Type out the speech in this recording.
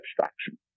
abstraction